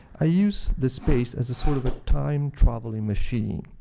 i used this space as a sort of a time-traveling machine.